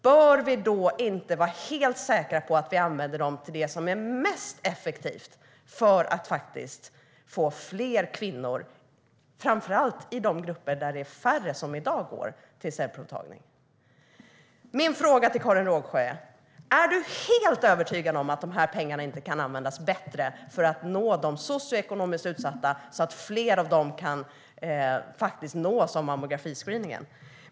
Bör vi då inte vara helt säkra på att vi använder dem till det som är mest effektivt för att faktiskt få fler kvinnor att gå till cellprovtagning, framför allt i de grupper där det i dag är färre som gör det? Min första fråga till Karin Rågsjö är: Är du helt övertygad om att de här pengarna inte kan användas bättre för att nå de socioekonomiskt utsatta, så att fler av dem kan nås av mammografiscreeningen?